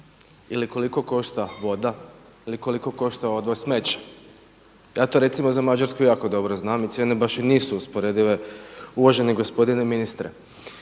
ili koliko košta voda ili koliko košta odvoz smeća. Ja to recimo za Mađarsku jako dobro znam i cijene i baš i nisu usporedive uvaženi gospodine ministre.